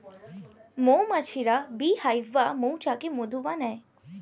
মৌমাছিরা bee hive বা মৌচাকে মধু বানায়